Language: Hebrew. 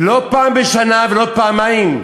לא פעם בשנה ולא פעמיים,